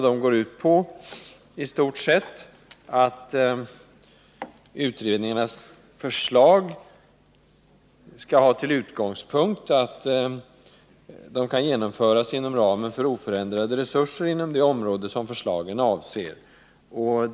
Direktiven går i stort sett ut på att utredningarnas förslag skall ha till utgångspunkt att de kan genomföras inom ramen för oförändrade resurser inom de områden förslagen avser.